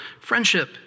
Friendship